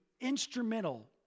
instrumental